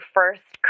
first